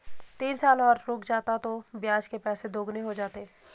तीन साल और रुक जाता तो ब्याज के पैसे दोगुने हो जाते